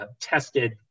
tested